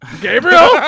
Gabriel